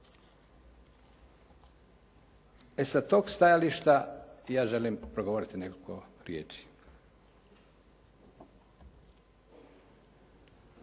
E sa tog stajališta ja želim progovoriti nekoliko riječi.